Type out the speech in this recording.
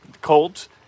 Colts